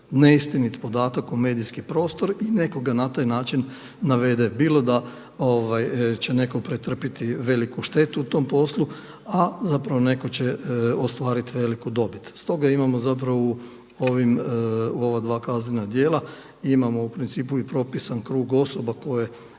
neistinit podatak u medijski prostor i nekoga na taj način navede bilo da će netko pretrpiti veliku štetu u tom poslu, a zapravo netko će ostvarit veliku dobit. Stoga imamo zapravo u ova dva kaznena djela, imamo u principu i propisan krug osoba koje